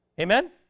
Amen